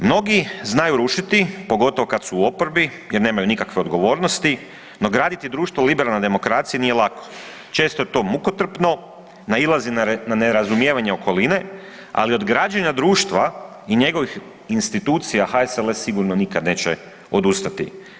Mnogi znaju rušiti pogotovo kada su u oporbi jer nemaju nikakve odgovornosti, no graditi društvo u liberalnoj demokraciji nije lako, često je to mukotrpno, nailazi na nerazumijevanje okoline, ali od građenja društva i njegovih institucija HSLS sigurno nikad neće odustati.